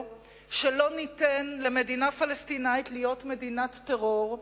שלא ניתן למדינה פלסטינית להיות מדינת טרור,